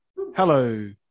Hello